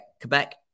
Quebec